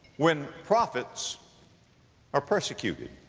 when prophets are persecuted.